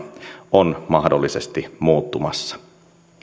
on mahdollisesti muuttumassa